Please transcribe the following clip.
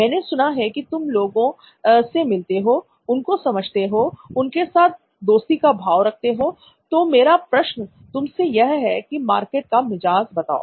मैंने सुना है की तुम लोगों से मिलते हो उनको समझते हो उनके साथ दोस्ती का भाव रखते हो तो मेरा प्रश्न तुमसे यह है की मुझे मार्केट का मिजाज बताओ